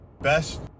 best